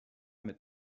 mit